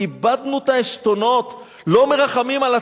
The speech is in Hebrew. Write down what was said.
הדבר הזה כבר לא קיים.